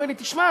אומר לי: תשמע,